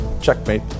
Checkmate